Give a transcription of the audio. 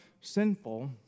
sinful